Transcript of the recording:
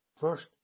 first